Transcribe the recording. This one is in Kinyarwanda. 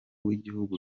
w’igihugu